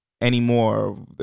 anymore